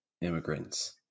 immigrants